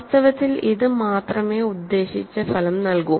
വാസ്തവത്തിൽ ഇത് മാത്രമേ ഉദ്ദേശിച്ച ഫലം നൽകൂ